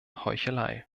heuchelei